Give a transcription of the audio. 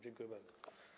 Dziękuję bardzo.